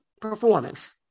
Performance